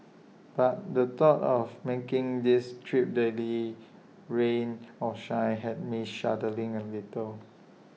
but the thought of making this trip daily rain or shine had me shuddering A little